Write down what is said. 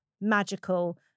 magical